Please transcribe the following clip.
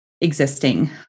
existing